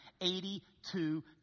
Eighty-two